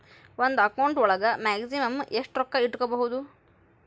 ಒಂದು ಅಕೌಂಟ್ ಒಳಗ ಮ್ಯಾಕ್ಸಿಮಮ್ ಎಷ್ಟು ರೊಕ್ಕ ಇಟ್ಕೋಬಹುದು?